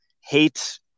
hate